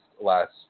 Last